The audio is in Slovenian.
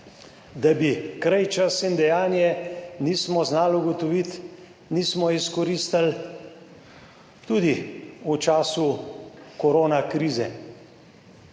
da bi kraj, čas in dejanje nismo znali ugotoviti, nismo izkoristili tudi v času korona krize,